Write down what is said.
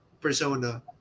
persona